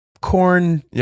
corn